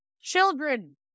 children